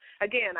Again